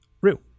Rue